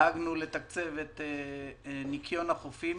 דאגנו לתקצב את ניקיון החופים,